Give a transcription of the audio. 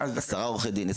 עשרה עורכי דין,